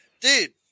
Dude